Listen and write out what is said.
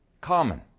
Common